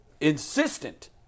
insistent